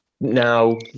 now